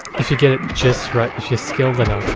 if you get it just right, if you're skilled enough.